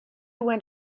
went